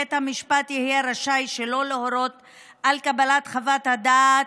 בית המשפט יהיה רשאי שלא להורות על קבלת חוות הדעת,